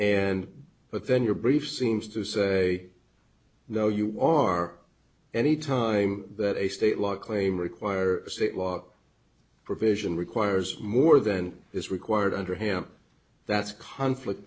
and but then your brief seems to say no you are any time that a state law claim require provision requires more than is required under him that's a conflict